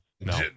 no